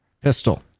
pistol